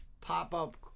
pop-up